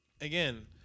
again